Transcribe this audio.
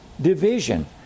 division